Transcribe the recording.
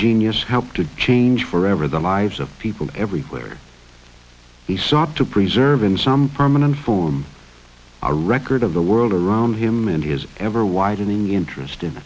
genius helped to change forever the lives of people everywhere he sought to preserve in some permanent form a record of the world around him and his ever widening interest in